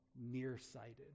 nearsighted